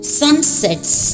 sunsets